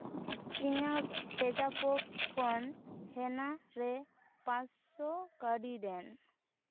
ᱤᱧᱟᱹᱜ ᱯᱮᱡᱟᱯ ᱠᱷᱚᱱ ᱦᱮᱱᱟ ᱨᱮ ᱯᱟᱸᱥᱥᱚ ᱠᱟᱹᱣᱰᱤ ᱫᱮᱱ